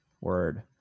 word